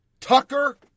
Tucker